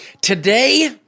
Today